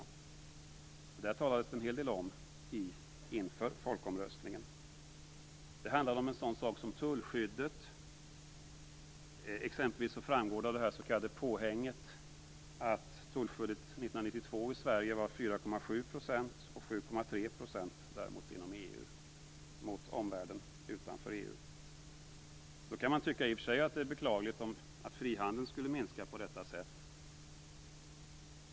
Det här talades det en hel del om inför folkomröstningen. Det handlade om tullskyddet. Det framgår exempelvis av det s.k. Man kan i och för sig tycka att det är beklagligt att frihandeln skulle minska på detta sätt.